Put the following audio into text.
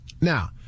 Now